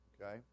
Okay